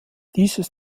dieses